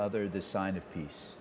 other the sign of peace